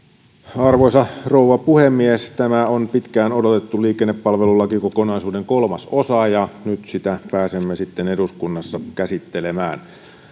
arvoisa rouva puhemies tämä on pitkään odotettu liikennepalvelulakikokonaisuuden kolmas osa ja nyt sitä pääsemme sitten eduskunnassa käsittelemään